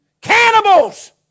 cannibals